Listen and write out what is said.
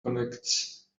connects